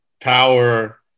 power